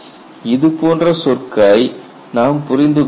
இது போன்ற சொற்களை நாம் புரிந்து கொள்ள வேண்டும்